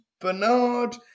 Bernard